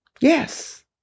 Yes